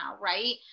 right